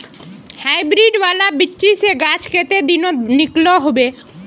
Hybrid वाला बिच्ची से गाछ कते दिनोत निकलो होबे?